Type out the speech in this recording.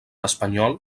espanyol